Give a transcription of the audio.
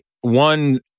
one